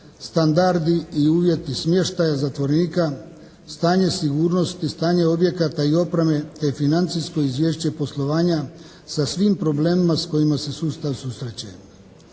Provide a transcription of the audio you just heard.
standardi i uvjeti smještaja zatvorenika, stanje sigurnosti, stanje objekata i opreme te financijsko izvješće poslovanja sa svim problemima s kojima se sustav susreće.